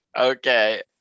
okay